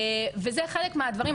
וזה חלק מהדברים,